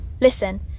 Listen